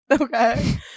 Okay